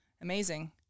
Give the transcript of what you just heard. Amazing